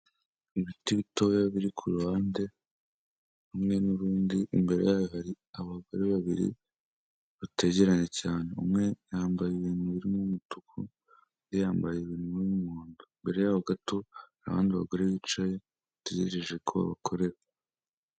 Ibiti bitoya biri ku ruhande n'urundi imbere yayo hari abagore babiri bategeranye cyane umwe yambaye ibintu birimo umutuku undi yambaye uburu n'umuhondo mbere yaho gato harabandi bagore bicaye bategereje ko babakorera.